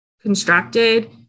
constructed